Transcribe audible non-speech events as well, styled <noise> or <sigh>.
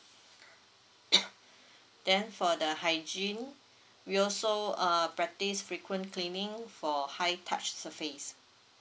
<coughs> then for the hygiene we also uh practice frequent cleaning for high touch surface